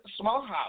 Smallhouse